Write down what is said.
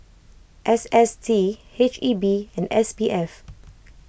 S S T H E B and S P F